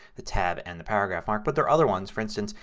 the tab, and the paragraph mark. but there are other ones. for instance,